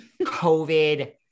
COVID